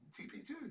TP2